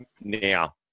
Now